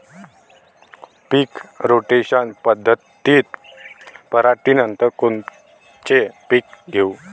पीक rotation पद्धतीत पराटीनंतर कोनचे पीक घेऊ?